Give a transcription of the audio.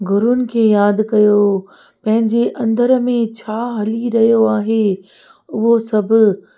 गुरुनि खे यादि कयो पंहिंजे अंदरि में छा हली रहियो आहे उहो सभु